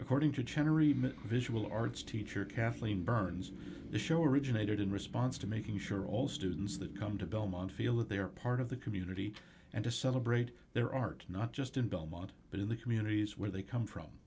according to general visual arts teacher kathleen burns the show originated in response to making sure all students that come to belmont feel that they are part of the community and to celebrate their art not just in belmont but in the communities where they come from